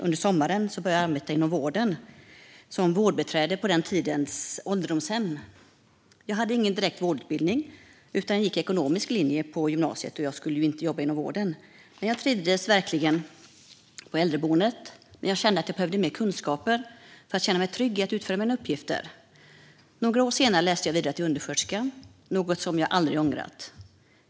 Under sommaren började jag arbeta inom vården som vårdbiträde på den tidens ålderdomshem. Jag hade ingen direkt vårdutbildning utan gick ekonomisk utbildning på gymnasiet. Jag skulle ju inte jobba inom vården. Jag trivdes verkligen på äldreboendet men kände att jag behövde mer kunskaper för att känna mig trygg i att utföra mina uppgifter. Några år sedan läste jag vidare till undersköterska, något som jag aldrig ångrat.